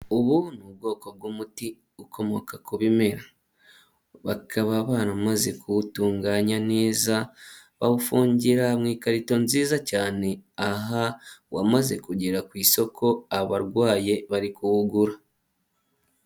Ubu ni ubwoko bw'umuti ukomoka ku bimera, bakaba baramaze kuwutunganya neza, bawufungira mu ikarito nziza cyane, aha wamaze kugera ku isoko abarwayi bari kuwugura.